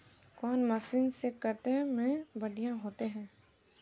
कौन मशीन से कते में बढ़िया होते है?